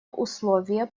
условия